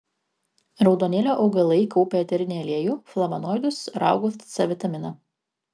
raudonėlio augalai kaupia eterinį aliejų flavonoidus raugus c vitaminą